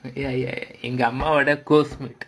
ya ya ya எங்கஅம்மாவோட:enga ammavoda close